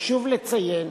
חשוב לציין